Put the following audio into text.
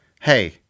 hey